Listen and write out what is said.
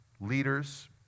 leaders